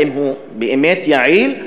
האם הוא באמת יעיל,